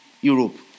Europe